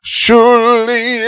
surely